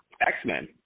X-Men